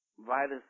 virus